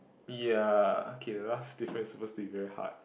ya okay the last difference supposed to be very hard